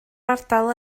ardal